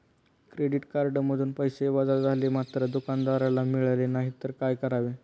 Credit कार्डमधून पैसे वजा झाले मात्र दुकानदाराला मिळाले नाहीत तर काय करावे?